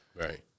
Right